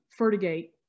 fertigate